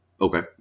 Okay